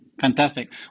Fantastic